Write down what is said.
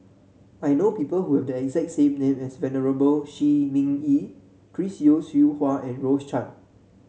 I know people who have the exact same name as Venerable Shi Ming Yi Chris Yeo Siew Hua and Rose Chan